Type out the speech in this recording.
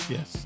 Yes